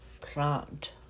plant